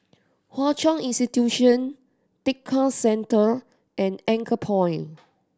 Hwa Chong Institution Tekka Centre and Anchorpoint